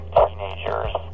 teenagers